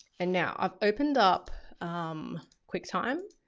and now i've opened up um quicktime.